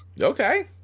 Okay